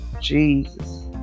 Jesus